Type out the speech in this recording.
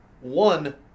one